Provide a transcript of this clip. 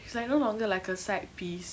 she's like no longer like a side piece